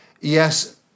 yes